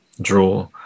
draw